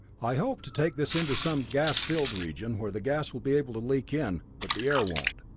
i hope to take this into some gas-filled region, where the gas will be able to leak in, but the air won't.